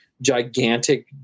gigantic